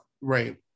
Right